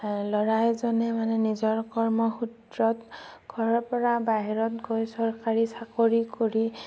ল'ৰা এজনে মানে নিজৰ কৰ্মসূত্ৰত ঘৰৰ পৰা বাহিৰত গৈ চৰকাৰী চাকৰি কৰি